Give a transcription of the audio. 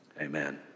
amen